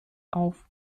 auf